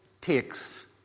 takes